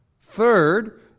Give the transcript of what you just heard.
Third